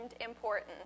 important